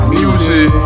music